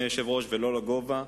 וגם לא לגובה,